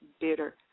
bitter